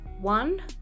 one